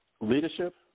leadership